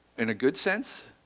in a good sense.